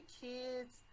kids